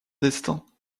destins